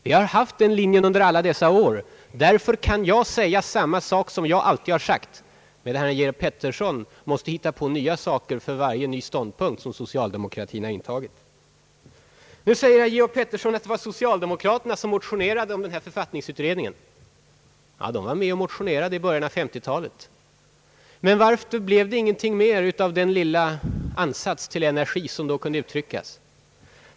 Vi har haft den linjen under alla år, och därför kan jag här säga samma saker som jag alltid har sagt. Men herr Georg Pettersson måste hitta på nya saker för varje ny ståndpunkt som socialdemokratin har intagit. Nu påstår herr Pettersson att det var socialdemokraterna som motionerade om författningsutredningen. Ja, de var med och motionerade i början av 1950 talet. Men varför blev det ingenting mer av den lilla ansats till energi som då kunde uppbådas?